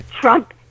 Trump